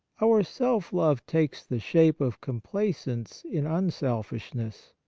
our self-love takes the shape of complacence in unselfishness.